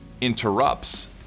interrupts